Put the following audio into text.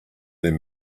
their